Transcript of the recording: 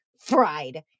fried